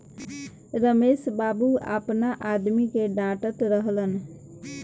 रमेश बाबू आपना आदमी के डाटऽत रहलन